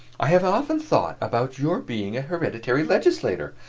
i have often thought about your being a hereditary legislator.